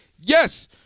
Yes